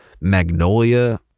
Magnolia